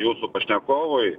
jūsų pašnekovui